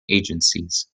agencies